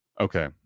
okay